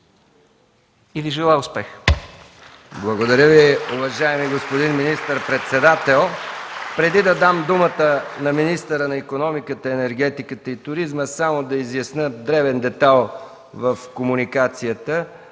и Ви желая успех.